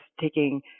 taking